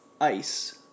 ice